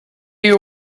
you